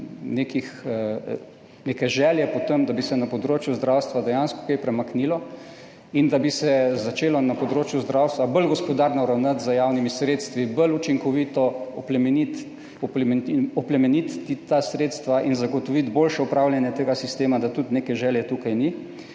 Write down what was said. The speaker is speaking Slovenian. neke želje po tem, da bi se na področju zdravstva dejansko kaj premaknilo in da bi se začelo na področju zdravstva bolj gospodarno ravnati z javnimi sredstvi, bolj učinkovito oplemeniti, oplemenititi ta sredstva in zagotoviti boljše upravljanje tega sistema, da tudi neke želje tukaj ni